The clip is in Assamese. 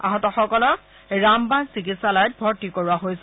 আহতসকলক ৰামবান চিকিৎসালয়ত ভৰ্তি কৰোৱা হৈছে